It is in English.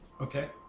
Okay